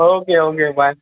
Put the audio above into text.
okay okay by